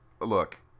look